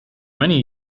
many